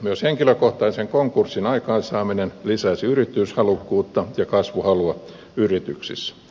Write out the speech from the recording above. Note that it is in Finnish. myös henkilökohtaisen konkurssin aikaansaaminen lisäisi yrityshalukkuutta ja kasvuhalua yrityksissä